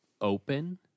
open